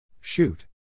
Shoot